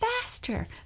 faster